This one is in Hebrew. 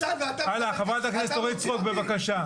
הלאה, חברת הכנסת אורית סטרוק, בבקשה.